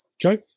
Joe